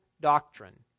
doctrine